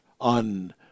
on